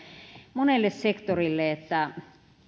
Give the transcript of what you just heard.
monelle sektorille että